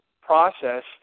process